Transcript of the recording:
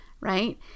right